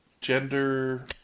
gender